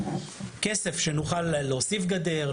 כסף שנוכל להוסיף גדר,